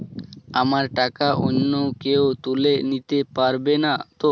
আমার টাকা অন্য কেউ তুলে নিতে পারবে নাতো?